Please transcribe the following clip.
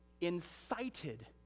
incited